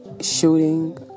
shooting